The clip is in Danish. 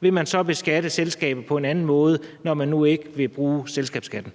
man så vil beskatte selskaberne på en anden måde, når man nu ikke vil bruge selskabsskatten?